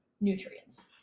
nutrients